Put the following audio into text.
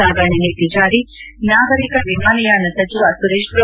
ಸಾಗಾಣೆ ನೀತಿ ಜಾರಿ ನಾಗರಿಕ ವಿಮಾನಯಾನ ಸಚಿವ ಸುರೇಶ್ ಪ್ರಭು